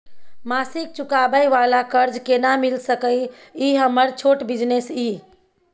मासिक चुकाबै वाला कर्ज केना मिल सकै इ हमर छोट बिजनेस इ?